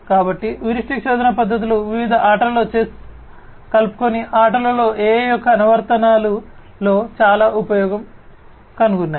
మరియు హ్యూరిస్టిక్ శోధన పద్ధతులు వివిధ ఆటలలో చెస్ కలుపుకొని ఆటలలో AI యొక్క అనువర్తనాలలో చాలా ఉపయోగం కనుగొన్నాయి